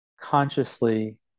consciously